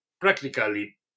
practically